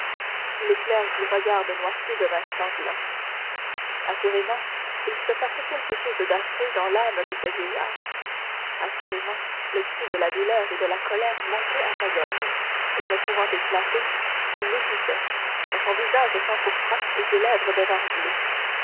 l'éclair du regard de noirtier devint sanglant assurément il se passait quelque chose d'affreux dans l'âme de ce vieillard assurément le cri de la douleur et de la colère montait à sa gorge et ne pouvant éclater l'étouffait car son visage s'empourpra et ses lèvres devinrent bleues